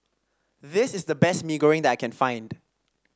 this is the best Mee Goreng that I can find